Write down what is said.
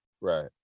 Right